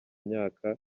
myaka